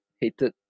hated